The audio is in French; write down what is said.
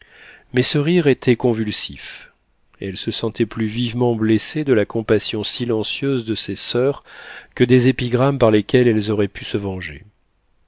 mais ce rire était convulsif elle se sentait plus vivement blessée de la compassion silencieuse de ses soeurs que des épigrammes par lesquelles elles auraient pu se venger